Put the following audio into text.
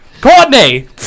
Courtney